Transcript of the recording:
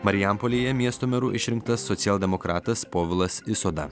marijampolėje miesto meru išrinktas socialdemokratas povilas isoda